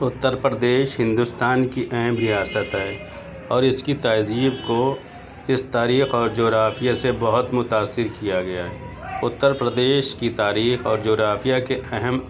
اتر پردیش ہندوستان کی اہم ریاست ہے اور اس کی تہذیب کو اس تاریخ اور جغرافیہ سے بہت متاثر کیا گیا ہے اتر پردیش کی تاریخ اور جغرافیہ کے اہم